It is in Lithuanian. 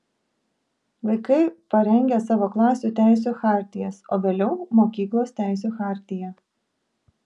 vaikai parengia savo klasių teisių chartijas o vėliau mokyklos teisių chartiją